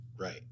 Right